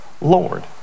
Lord